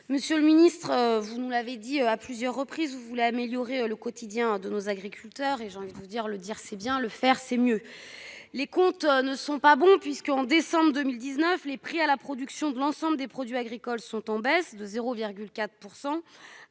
Monsieur le ministre, vous l'avez dit à plusieurs reprises, vous voulez améliorer le quotidien de nos agriculteurs. Le dire c'est bien, le faire c'est mieux ! Or les comptes ne sont pas bons. En décembre 2019, les prix à la production de l'ensemble des produits agricoles étaient en baisse de 0,4